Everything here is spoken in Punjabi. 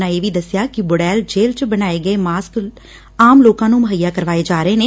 ਉਨ੍ਹਾਂ ਇਹ ਵੀ ਦੱਸਿਆ ਕਿ ਬੁੜੈਲ ਜੇਲੁ 'ਚ ਬਣਾਏ ਗਏ ਮਾਸਕ ਲੋਕਾਂ ਨੂੰ ਮੁਹੱਈਆ ਕਰਵਾਏ ਜਾ ਰਹੇ ਨੇ